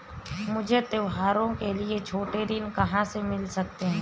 मुझे त्योहारों के लिए छोटे ऋण कहाँ से मिल सकते हैं?